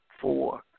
four